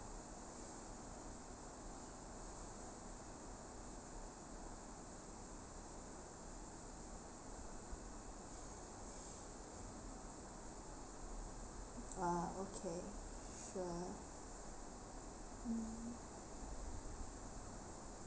ah okay sure mm